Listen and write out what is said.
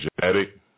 genetic